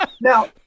Now